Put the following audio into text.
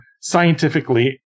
scientifically